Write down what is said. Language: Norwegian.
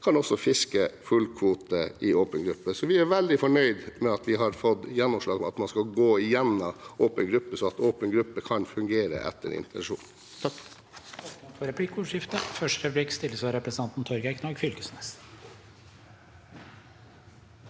kan også fiske full kvote i åpen gruppe. Vi er altså veldig fornøyde med at vi har fått gjennomslag for at man skal gå gjennom åpen gruppe, slik at åpen gruppe kan fungere etter intensjonen.